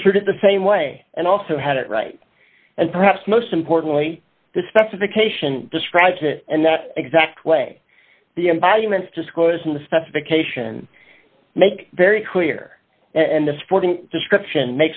construed as the same way and also had it right and perhaps most importantly the specification describes it and the exact way the embodiments discourse in the specification make very clear and the sporting description